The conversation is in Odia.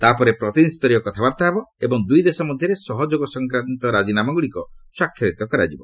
ତାପରେ ପ୍ରତିନିଧି ସ୍ତରୀୟ କଥାବାର୍ତ୍ତା ହେବ ଏବଂ ଦୁଇ ଦେଶ ମଧ୍ୟରେ ସହଯୋଗ ସଂକ୍ରାନ୍ତ ରାଜିନାମାଗୁଡ଼ିକ ସ୍ୱାକ୍ଷରିତ ହେବ